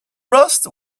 rust